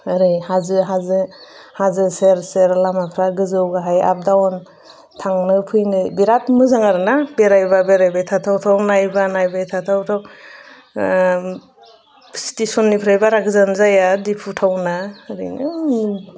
ओरै हाजो हाजो हाजो सेर सेर लामाफ्रा गोजौ गाहाय आप डाउन थांनो फैनो बिराद मोजां आरो ना बेरायबा बेरायबाय थाथावथाव नायबा नायबाय थाथावथाव स्टेसननिफ्राय बारा गोजान जाया डिफु टाउनआ ओरैनो